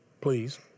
please